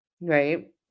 right